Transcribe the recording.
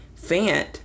Fant